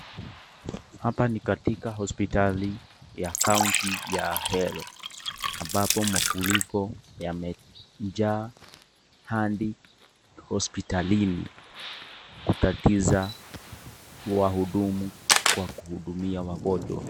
Hapa ni katika hospitali ya kaunti ya Ahero ambapo mafuriko yamejaa hadi hospitalini kutatiza wahudumu kwa kuhudumia wagonjwa.